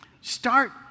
Start